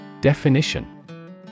Definition